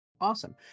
Awesome